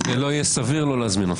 זה לא יהיה סביר לא להזמין אותך.